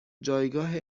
جایگاه